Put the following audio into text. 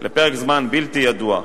לפרק זמן בלתי ידוע,